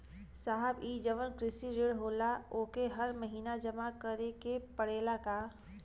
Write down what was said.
साहब ई जवन कृषि ऋण होला ओके हर महिना जमा करे के पणेला का?